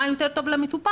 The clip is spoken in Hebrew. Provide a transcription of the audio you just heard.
מה טוב יותר למטופל,